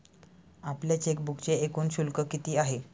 आपल्या चेकबुकचे एकूण शुल्क किती आहे?